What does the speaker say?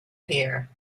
here